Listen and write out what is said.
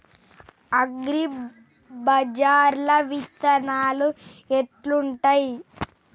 అగ్రిబజార్ల విత్తనాలు ఎట్లుంటయ్?